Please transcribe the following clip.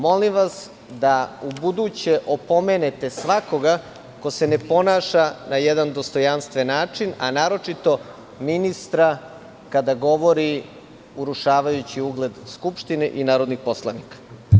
Molim vas da ubuduće opomenete svakoga ko se ne ponaša na jedan dostojanstven način, naročito ministra kada govori urušavajući ugled Skupštini i narodnih poslanika.